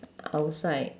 outside